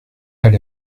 elle